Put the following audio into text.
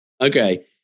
Okay